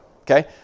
Okay